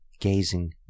gazing